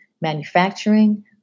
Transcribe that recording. manufacturing